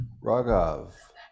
Raghav